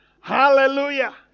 Hallelujah